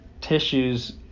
tissues